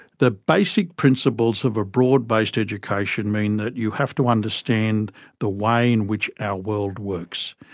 the basic principles of a broad-based education mean that you have to understand the way in which our world works.